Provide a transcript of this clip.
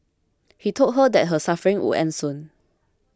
he told her that her suffering would end soon